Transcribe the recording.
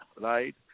right